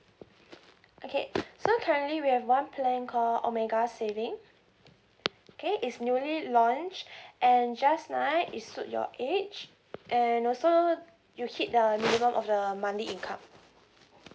okay so currently we have one plan call omega saving okay it's newly launched and just nice it suit your age and also you hit the minimum of the monthly income